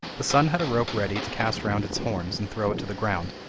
the son had a rope ready to cast round its horns, and throw it to the ground,